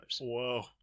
Whoa